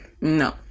no